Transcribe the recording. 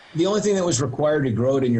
הדבר היחיד שנדרש כדי לגדל בבית היה מרשם